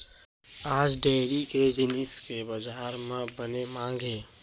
आज डेयरी के जिनिस के बजार म बने मांग हे